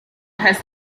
has